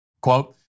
quote